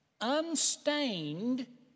unstained